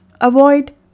avoid